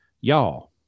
Y'all